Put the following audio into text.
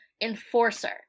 enforcer